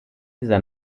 dieser